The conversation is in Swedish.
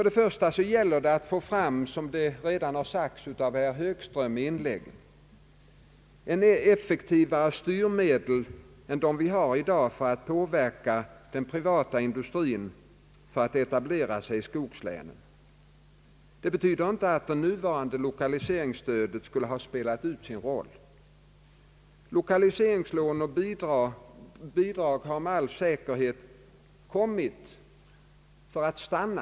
Det gäller för det första att få fram — herr Högström har redan nämnt det — effektivare styrmedel än dem vi har i dag för att påverka den privata industrin att etablera sig i skogslänen. Det betyder inte att det nuvarande lokaliseringsstödet skulle ha spelat ut sin roll. Lokaliseringslån och bidrag har med all säkerhet kommit för att stanna.